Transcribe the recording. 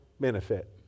benefit